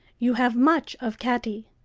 you have much of catty.